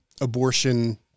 abortion